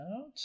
out